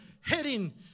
heading